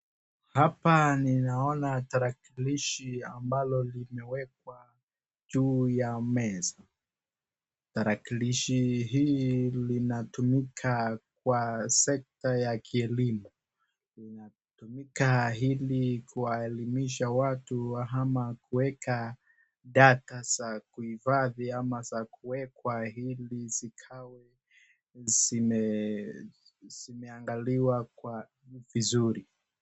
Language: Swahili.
Hapa ninaona tarakilishi ambalo limewekwa juu ya meza. Tarakilishi hii linatumika kwa sekta ya kielimu inatumika ili kuwaelimisha watu ama kueka data za kuhifadhi ama za kuekwa ili zikuwe zimeangaliwa vizuri.